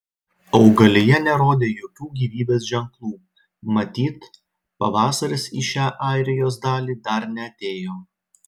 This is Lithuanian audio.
augalija nerodė jokių gyvybės ženklų matyt pavasaris į šią airijos dalį dar neatėjo